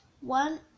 One